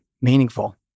meaningful